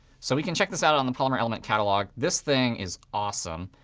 so we can check this out on the polymer element catalog. this thing is awesome.